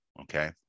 Okay